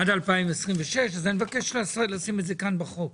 עד 2026 אז אני מבקש לשים את זה כאן בחוק,